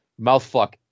mouthfuck